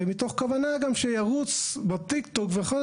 ומתוך כוונה גם שירוץ בטיק טוק וכו'